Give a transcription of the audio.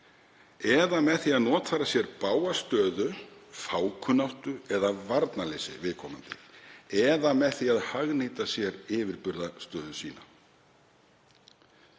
„eða með því að notfæra sér bága stöðu, fákunnáttu eða varnarleysi viðkomandi eða með því að hagnýta sér yfirburðastöðu sína